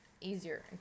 easier